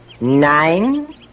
nine